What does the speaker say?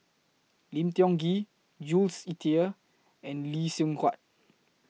Lim Tiong Ghee Jules Itier and Lee Seng Huat